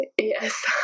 Yes